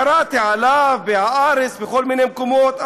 קראתי עליו בהארץ ובכל מיני מקומות,